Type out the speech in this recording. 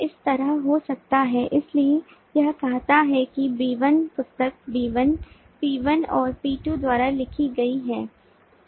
तो यह इस तरह हो सकता है इसलिए यह कहता है कि B1 पुस्तक B1 P1 और P2 द्वारा लिखी गई है